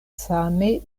same